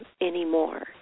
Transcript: anymore